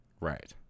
Right